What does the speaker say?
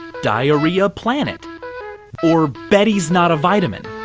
diarrhea planet or betty's not a vitamin,